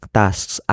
tasks